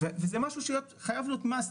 וזה משהו שחייב להיות must,